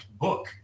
book